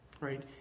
right